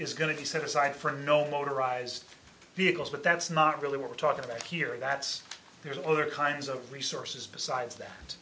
is going to be set aside for no motorized vehicles but that's not really what we're talking about here that's there's other kinds of resources besides that